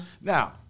Now